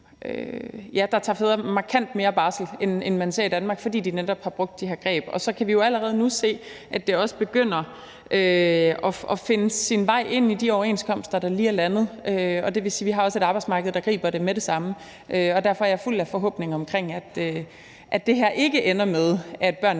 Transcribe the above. lande tager fædrene markant mere barsel, end man ser det i Danmark, fordi de netop har brugt de her greb. Så kan vi jo allerede nu se, at det også begynder at finde sin vej ind i de overenskomster, der lige er landet, og det vil sige, at vi også har et arbejdsmarked, der griber det med det samme. Derfor er jeg fuld af forhåbninger, med hensyn til at det her ikke ender med, at børnene